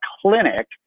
clinic